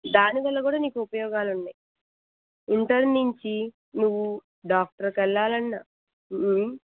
దాని వల్ల కూడా నీకు ఉపయోగాలు ఉన్నాయి ఇంటర్ నుంచి నువ్వు డాక్టర్కు వెళ్ళాలన్న